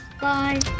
Bye